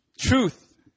Truth